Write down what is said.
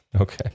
Okay